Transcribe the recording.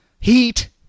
heat